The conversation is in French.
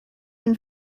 une